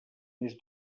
més